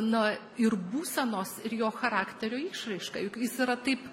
na ir būsenos ir jo charakterio išraiška juk jis yra taip